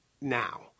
now